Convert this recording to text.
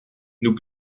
nous